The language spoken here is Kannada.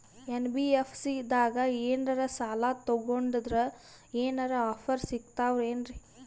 ಎನ್.ಬಿ.ಎಫ್.ಸಿ ದಾಗ ಏನ್ರ ಸಾಲ ತೊಗೊಂಡ್ನಂದರ ಏನರ ಆಫರ್ ಸಿಗ್ತಾವೇನ್ರಿ?